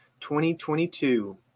2022